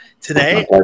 today